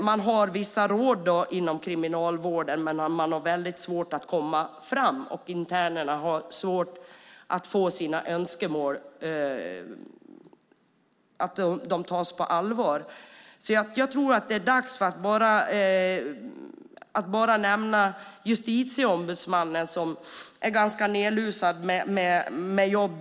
Man har vissa råd inom Kriminalvården, men man har svårt att komma fram. Internerna har svårt att få sina önskemål tillgodosedda. De tas inte på allvar. Jag tror att det är dags att nämna Justitieombudsmannen, som är ganska nedlusad med jobb.